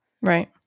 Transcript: right